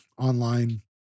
online